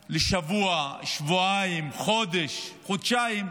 שבוע, שבועיים, חודש, חודשיים,